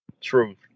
Truth